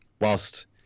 whilst